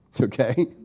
Okay